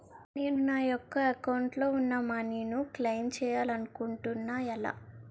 నేను నా యెక్క అకౌంట్ లో ఉన్న మనీ ను క్లైమ్ చేయాలనుకుంటున్నా ఎలా?